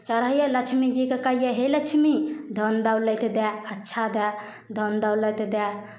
चढ़ैयै लक्ष्मीजीकेँ कहियै हे लक्ष्मी धन दौलति दए अच्छा दए धन दौलति दए